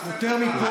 יותר מכול,